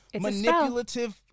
manipulative